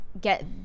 get